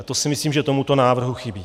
To si myslím, že tomuto návrhu chybí.